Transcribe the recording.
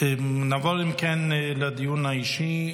נעבור לדיון האישי.